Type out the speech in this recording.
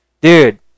Dude